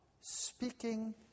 speaking